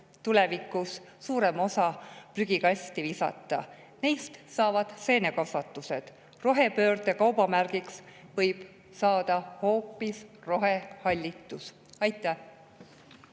tulevikus suurem osa prügikasti visata. Neist saavad seenekasvatused. Rohepöörde kaubamärgiks võib saada hoopis rohehallitus. Aitäh!